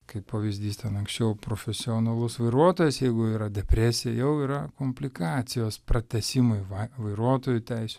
kaip pavyzdys ten anksčiau profesionalus vairuotojas jeigu yra depresija jau yra komplikacijos pratęsimui va vairuotojo teisių